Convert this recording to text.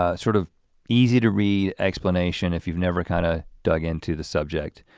ah sort of easy to read explanation if you've never kinda dug into the subject.